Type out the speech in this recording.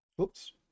Oops